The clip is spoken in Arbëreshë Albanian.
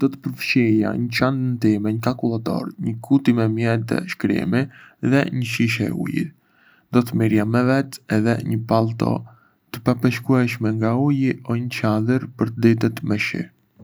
Do të përfshija në çantën time një kalkulator, një kuti me mjete shkrimi, dhe një shishe uji. Do të merrja me vete edhe një pallto të papërshkueshme nga uji o një çadër për ditët me shi.